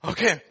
Okay